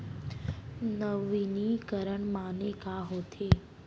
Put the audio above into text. नवीनीकरण माने का होथे?